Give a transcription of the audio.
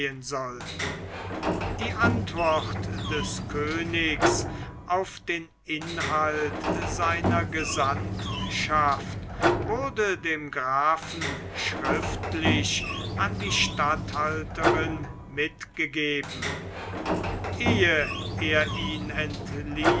sollten die antwort des königs auf den inhalt seiner gesandtschaft wurde dem grafen schriftlich an die statthalterin mitgegeben ehe er ihn